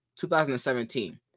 2017